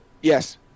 Yes